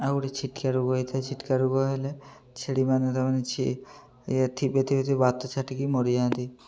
ଆଉ ଗୋଟେ ଛିଟକା ରୋଗ ହେଇଥାଏ ଛିଟକା ରୋଗ ହେଲେ ଛେଳି ମାନେ ତା ମାନେ ଇଏ ଥିବେ ଥିବେ ବାତ ଛାଟିକି ମରିଯାଆନ୍ତି